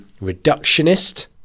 reductionist